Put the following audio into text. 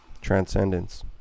transcendence